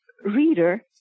reader